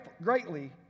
greatly